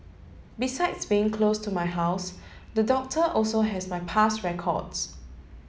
besides being close to my house the doctor also has my past records